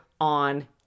on